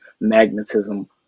magnetism